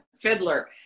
fiddler